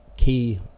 Key